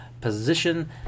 position